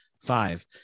five